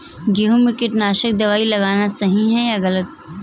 गेहूँ में कीटनाशक दबाई लगाना सही है या गलत?